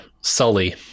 Sully